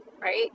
right